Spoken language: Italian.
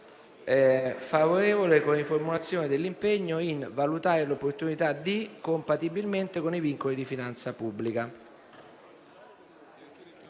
favorevole con riformulazione dell'impegno in «a valutare l'opportunità di» (...) «compatibilmente con i vincoli di finanza pubblica».